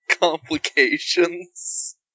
complications